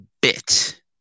bit